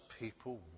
people